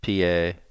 PA